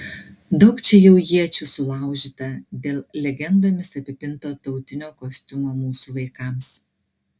daug čia jau iečių sulaužyta dėl legendomis apipinto tautinio kostiumo mūsų vaikams